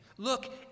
Look